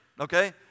Okay